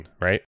right